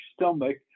stomach